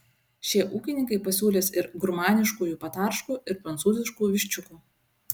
šie ūkininkai pasiūlys ir gurmaniškųjų patarškų ir prancūziškų viščiukų